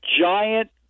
giant